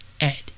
Ed